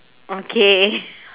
okay